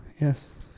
yes